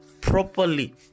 properly